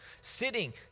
sitting